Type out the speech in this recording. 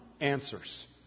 answers